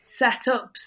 setups